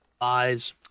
eyes